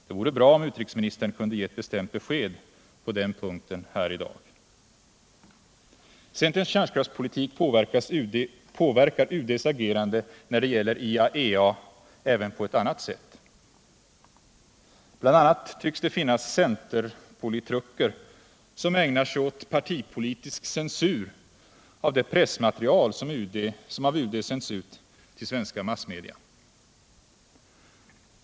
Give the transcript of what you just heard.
Det vore bra om utrikesministern kunde ge ett bestämt besked på den punkten här i dag. Centerns kärnkraftspolitik påverkar UD:s agerande när det gäller IAEA även på ett annat sätt. Bl. a. tycks det finnas centerpolitruker som ägnar sig åt partipolitisk censur av det pressmaterial som av UD sänts ut till svenska massmedia.